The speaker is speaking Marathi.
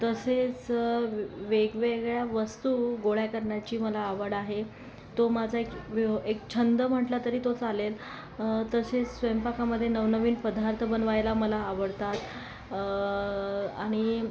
तसेच वेगवेगळ्या वस्तू गोळा करण्याची मला आवड आहे तो माझा एक व्य एक छंद म्हटला तरी तो चालेल तसेच स्वयंपाकामध्ये नवनवीन पदार्थ बनवायला मला आवडतात आणि